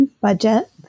budget